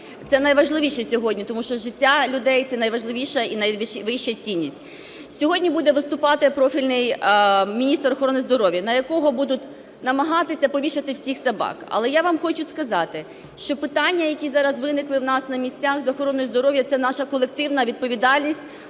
Це найважливіше сьогодні, тому що життя людей – це найважливіша і найвища цінність. Сьогодні буде виступати профільний міністр охорони здоров'я, на якого будуть намагатися "повісити всіх собак". Але я вам хочу сказати, що питання, які зараз виникли у нас на місцях з охороною здоров'я, це наша колективна відповідальність,